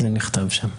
זה נכתב שם.